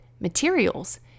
materials